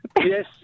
Yes